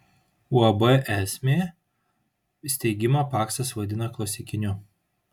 uab esmė steigimą paksas vadina klasikiniu